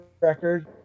record